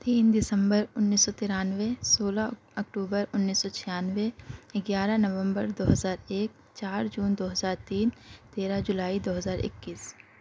تین دسمبر اُنّیس سو ترانوے سولہ اکٹوبر اُنّیس سو چھیانوے گیارہ نومبر دو ہزار ایک چار جون دو ہزار تین تیرہ جولائی دو ہزار اکیس